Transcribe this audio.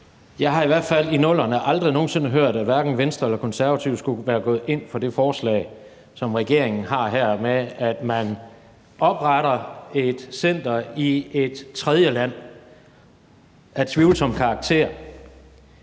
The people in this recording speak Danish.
Jeg har i hvert fald i 00'erne aldrig nogen sinde hørt, at Venstre eller Konservative skulle være gået ind for det forslag, som regeringen kommer med her, om, at man opretter et center i et tredjeland af tvivlsom karakter,